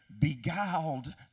beguiled